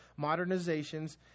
modernizations